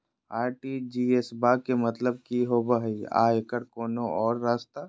RTGS बा के मतलब कि होबे हय आ एकर कोनो और रस्ता?